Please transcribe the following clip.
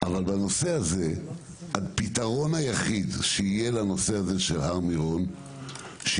אבל בנושא הזה הפתרון היחיד שיהיה להר מירון הוא